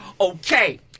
Okay